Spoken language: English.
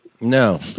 No